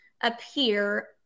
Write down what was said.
appear